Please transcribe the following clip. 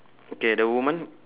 okay the woman